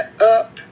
up